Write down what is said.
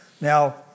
Now